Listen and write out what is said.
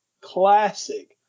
classic